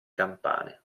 campane